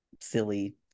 silly